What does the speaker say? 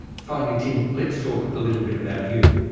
finally tim, let's talk a little bit about you.